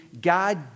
God